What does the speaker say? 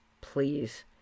Please